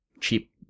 cheap